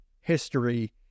history